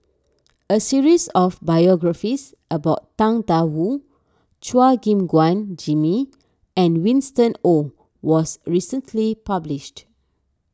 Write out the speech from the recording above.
a series of biographies about Tang Da Wu Chua Gim Guan Jimmy and Winston Oh was recently published